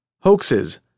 Hoaxes